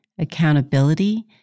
accountability